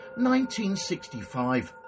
1965